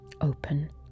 open